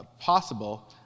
possible